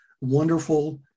wonderful